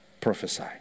prophesy